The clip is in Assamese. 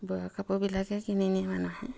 বোৱা কাপোৰবিলাকে কিনি নিয়ে মানুহে